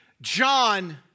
John